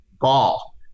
ball